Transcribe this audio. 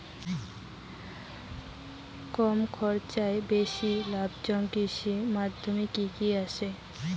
কম খরচে বেশি লাভজনক কৃষির মইধ্যে কি কি আসে?